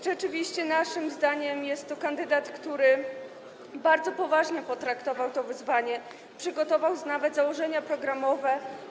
Rzeczywiście naszym zdaniem jest to kandydat, który bardzo poważnie potraktował to wyzwanie, przygotował nawet założenia programowe.